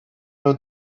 nhw